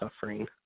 suffering